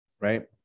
right